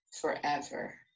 forever